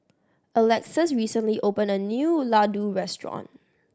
Alexus recently opened a new Ladoo Restaurant